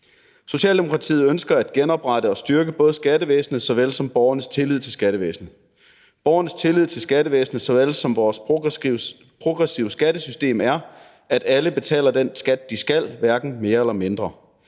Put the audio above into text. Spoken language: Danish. Socialdemokratiet ønsker at genoprette og styrke både skattevæsenet og borgernes tillid til skattevæsenet. Borgernes tillid til skattevæsenet såvel som vores progressive skattesystem handler om, at alle betaler den skat, de skal – hverken mere eller mindre.